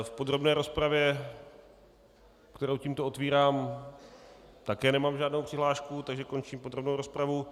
V podrobné rozpravě, kterou tímto otvírám, také nemám žádnou přihlášku, takže končím podrobnou rozpravu.